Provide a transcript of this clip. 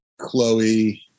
Chloe